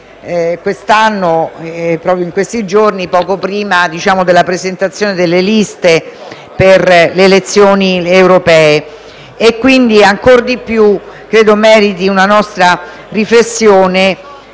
quest'anno capita proprio poco prima della presentazione delle liste per le elezioni europee e quindi ancor di più credo meriti una nostra riflessione.